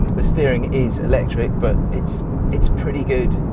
the steering is electric but it's it's pretty good.